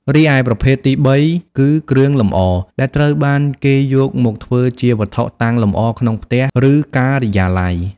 រីឯប្រភេទទីបីគឺ គ្រឿងលម្អ ដែលត្រូវបានគេយកមកធ្វើជាវត្ថុតាំងលម្អក្នុងផ្ទះ ឬការិយាល័យ។